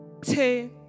two